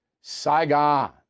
Saigon